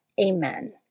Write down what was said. Amen